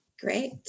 Great